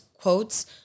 quotes